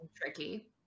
tricky